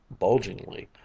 bulgingly